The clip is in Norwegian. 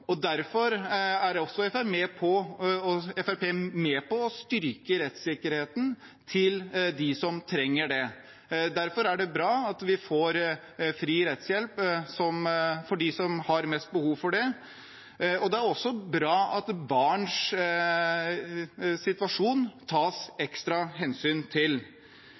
Derfor er også Fremskrittspartiet med på å styrke rettssikkerheten til dem som trenger det. Derfor er det bra at vi får fri rettshjelp for dem som har mest behov for det, og det er også bra at barns situasjon tas ekstra hensyn til.